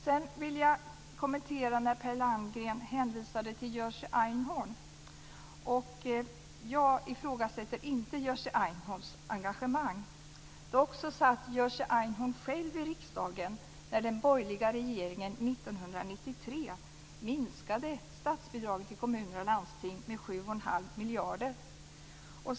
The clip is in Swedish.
Sedan vill jag kommentera detta där Per Landgren hänvisade till Jerzy Einhorn. Jag ifrågasätter inte Jerzy Einhorns engagemang. Dock satt Jerzy Einhorn själv i riksdagen när den borgerliga regeringen 1993 minskade statsbidragen till kommuner och landsting med 7 1⁄2 miljarder kronor.